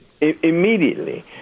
Immediately